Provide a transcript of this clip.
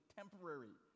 temporary